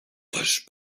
też